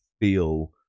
feel